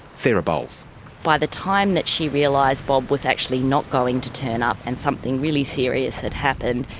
sarah bowles by the time that she realised bob was actually not going to turn up and something really serious had happened,